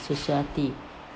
society